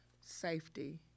safety